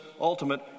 ultimate